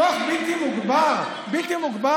כוח בלתי מוגבל, איזה דמוקרטיה זאת?